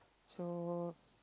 so